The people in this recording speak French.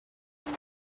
mais